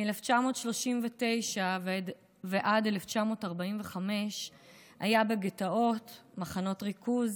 מ-1939 ועד 1945 היה בגטאות ובמחנות ריכוז.